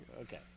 Okay